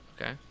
Okay